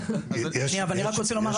אבל אני רוצה לומר עוד שנייה אחת.